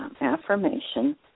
affirmation